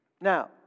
Now